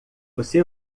você